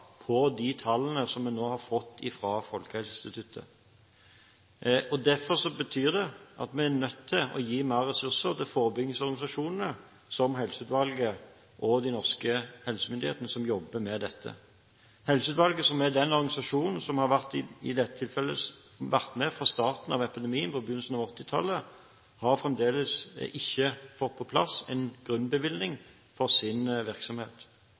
på de tallene som man nå har fått fra Folkehelseinstituttet. Det betyr at vi er nødt til å gi mer ressurser til de forebyggingsorganisasjonene som Helseutvalget og de norske helsemyndighetene jobber med. Helseutvalget, som er den organisasjonen som i dette tilfellet har vært med fra starten av epidemien på begynnelsen av 1980-tallet, har fremdeles ikke fått på plass en grunnbevilgning for sin virksomhet.